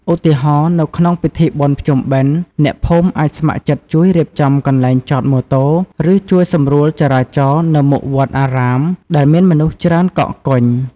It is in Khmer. ឧទាហរណ៍ នៅក្នុងពិធីបុណ្យភ្ជុំបិណ្ឌ អ្នកភូមិអាចស្ម័គ្រចិត្តជួយរៀបចំកន្លែងចតម៉ូតូ ឬជួយសម្រួលចរាចរណ៍នៅមុខវត្តអារាមដែលមានមនុស្សច្រើនកកកុញ។